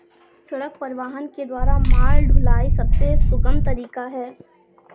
सड़क परिवहन के द्वारा माल ढुलाई सबसे सुगम तरीका है